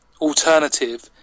alternative